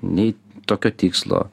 nei tokio tikslo